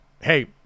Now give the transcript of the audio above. hey –